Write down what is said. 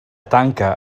tanca